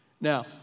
Now